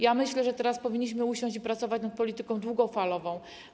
Ja myślę, że teraz powinniśmy usiąść i pracować nad polityką długofalową.